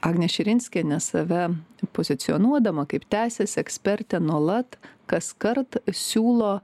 agnė širinskienė save pozicionuodama kaip teisės ekspertę nuolat kaskart siūlo